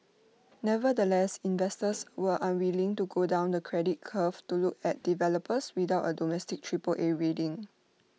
nevertheless investors were unwilling to go down the credit curve to look at developers without A domestic Triple A rating